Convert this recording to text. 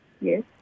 Yes